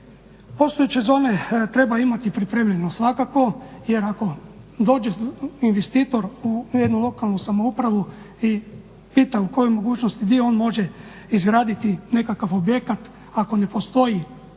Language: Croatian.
Postojeće zone treba imati pripremljene svakako jer ako dođe investitor u jednu lokalnu samoupravu i pita u kojoj mogućnosti, gdje on može izgraditi nekakav objekat ako ne postoji